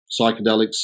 psychedelics